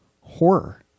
horror